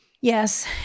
Yes